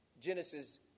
Genesis